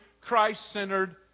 Christ-centered